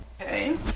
Okay